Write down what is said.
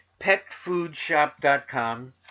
petfoodshop.com